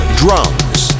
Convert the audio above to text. drums